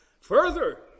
further